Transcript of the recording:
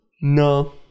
No